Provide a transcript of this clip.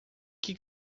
que